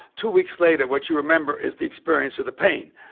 two weeks later, what you remember is the experience of the pain,